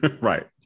Right